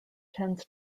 tends